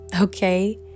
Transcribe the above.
okay